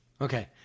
Okay